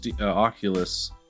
Oculus